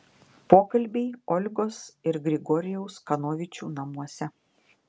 pokalbiai olgos ir grigorijaus kanovičių namuose